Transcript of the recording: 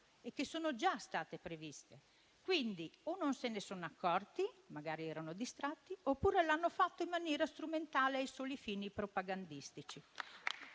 e che sono già state previste; quindi o non se ne sono accorti, perché magari erano distratti, oppure l'hanno fatto in maniera strumentale a soli fini propagandistici.